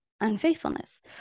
unfaithfulness